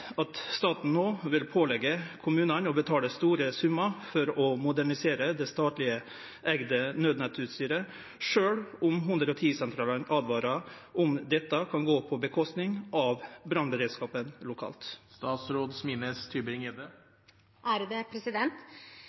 at staten nå vil pålegge kommunene å betale store summer for å modernisere det statlig eide nødnettutstyret, selv om 110-sentralene advarer om at dette kan gå på bekostning av brannberedskapen lokalt?»